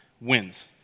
wins